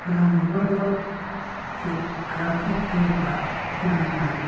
मोजां मोनबोदोंमोन बै क्रानतिक फ्लिमफ्रा मोजां जादों